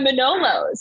Manolos